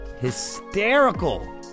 Hysterical